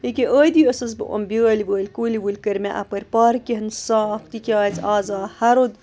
ییٚکیٛاہ ٲدی ٲسٕس بہٕ یِم بیٛٲلۍ ویٛٲلۍ کُلۍ وُلۍ کٔرۍ مےٚ اَپٲرۍ پارکہِ ہِنٛدۍ صاف تِکیٛازِ آز آو ہَرُد